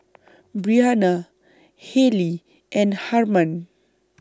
Breana Hailee and Harman